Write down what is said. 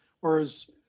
Whereas